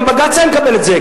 גם בג"ץ היה מקבל את זה,